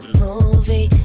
movie